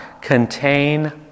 contain